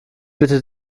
bitte